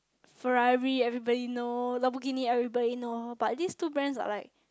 Ferrari everybody know Lamborghini everybody know but these two brands are like